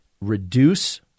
reduce